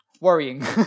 worrying